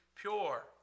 pure